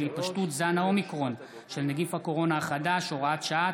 התפשטות זן אומיקרון של נגיף הקורונה החדש (הוראת שעה),